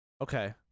Okay